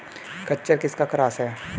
खच्चर किसका क्रास है?